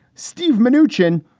steve manoogian.